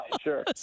sure